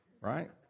right